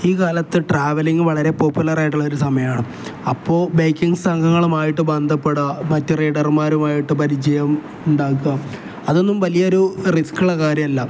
ഈ കാലത്ത് ട്രാവലിങ് വളരെ പോപ്പുലർ ആയിട്ടുള്ളൊരു സമയമാണ് അപ്പോൾ ബൈക്കിങ്ങ് സംഘങ്ങളുമായിട്ട് ബന്ധപ്പെട്ട മറ്റ് റൈഡർമാരുമായിട്ട് പരിചയം ഉണ്ടാക്കുക അതൊന്നും വലിയ ഒരു റിസ്ക്കുള്ള കാര്യമല്ല